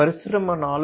పరిశ్రమ 4